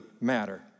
matter